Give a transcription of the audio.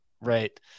Right